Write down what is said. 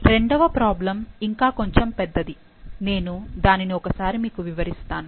రెండవ ప్రాబ్లం ఇంకా కొంచము పెద్దది నేను దానిని ఒకసారి మీకు వివరిస్తాను